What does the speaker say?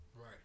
Right